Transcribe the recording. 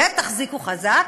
ותחזיקו חזק,